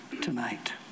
tonight